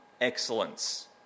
excellence